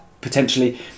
potentially